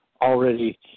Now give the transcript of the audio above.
already